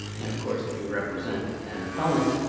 and of course if you represent an appellant,